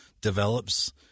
develops